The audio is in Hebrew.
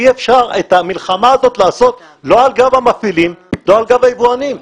אי אפשר את המלחמה הזאת לעשות לא על גב המפעילים ולא על גב היבואנים.